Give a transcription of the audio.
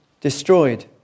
destroyed